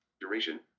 Duration